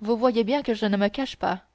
vous voyez bien que je ne me cache pas